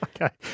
Okay